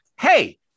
Hey